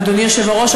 אדוני היושב-ראש,